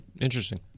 Interesting